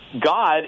God